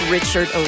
Richard